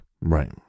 Right